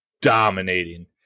dominating